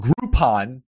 Groupon